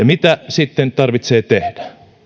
mitä sitten tarvitsee tehdä